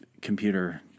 computer